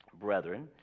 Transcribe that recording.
brethren